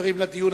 חברים לדיון.